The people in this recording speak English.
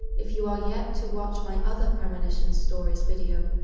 if you are yet to watch my other premonition stories video,